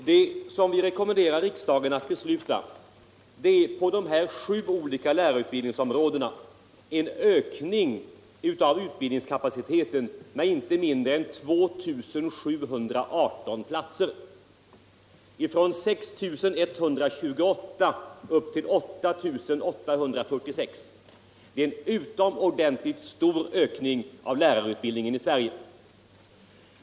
Det som vi rekommenderar riksdagen att besluta är på de här sju olika lärarutbildningsområdena en ökning av utbildningskapaciteten med inte mindre än 2 718 platser från 6 128 upp till 8 846. Det är en utomordentligt stor ökning av lärarutbildningen i Sverige.